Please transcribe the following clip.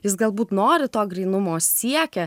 jis galbūt nori to grynumo siekia